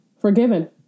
forgiven